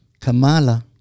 Kamala